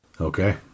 Okay